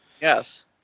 Yes